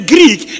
Greek